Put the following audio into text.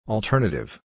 Alternative